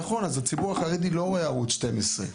נכון, אז הציבור החרדי לא רואה ערוץ שתיים עשרה,